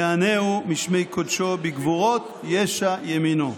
יענהו משמי קדשו בגבֻרות ישע ימינו.